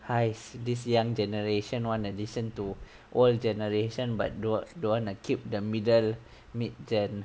!hais! sedih this young generation one that listen to old generation but don't don't want to keep the middle mid gen